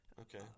Okay